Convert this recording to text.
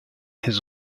his